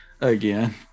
again